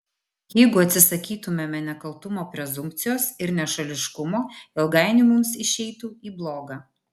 jeigu atsisakytumėme nekaltumo prezumpcijos ir nešališkumo ilgainiui mums išeitų į bloga